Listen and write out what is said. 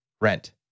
rent